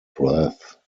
breath